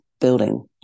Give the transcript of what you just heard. building